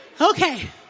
Okay